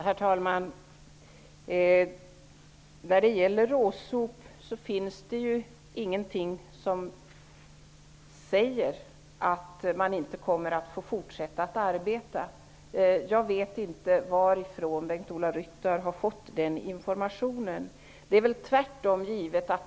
Herr talman! Ingenting säger att RÅSOP inte får fortsätta att arbeta. Jag vet inte varifrån Bengt-Ola Ryttar har fått sin information.